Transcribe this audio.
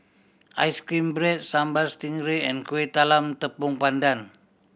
ice cream bread Sambal Stingray and Kueh Talam Tepong Pandan